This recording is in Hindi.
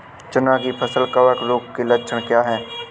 चना की फसल कवक रोग के लक्षण क्या है?